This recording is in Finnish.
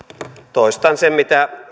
toistan sen mitä